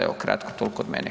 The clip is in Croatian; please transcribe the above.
Evo kratko toliko od mene.